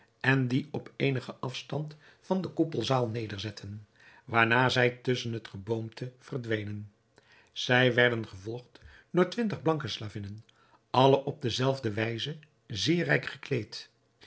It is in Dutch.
en dien op eenigen afstand van de koepelzaal nederzetten waarna zij tusschen het geboomte verdwenen zij werden gevolgd door twintig blanke slavinnen alle op de zelfde wijze zeer rijk gekleed